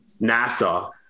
NASA